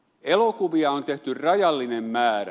elokuvia on tehty rajallinen määrä